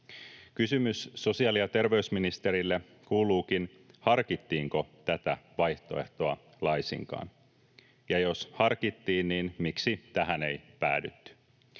Kysymys sosiaali- ja terveysministerille kuuluukin, harkittiinko tätä vaihtoehtoa laisinkaan, ja jos harkittiin, miksi tähän ei päädytty.